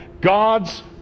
God's